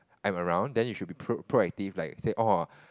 I'm around then you should be pro proactive like say orh